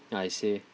I see